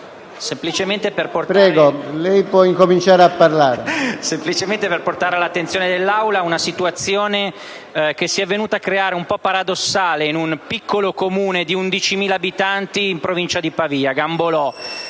semplicemente per portare all'attenzione dell'Aula una situazione un po' paradossale che si è venuta a creare in un piccolo comune di 11.000 abitanti in provincia di Pavia, Gambolò.